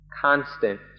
constant